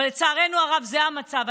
אבל לצערנו הרב זה המצב.